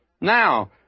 Now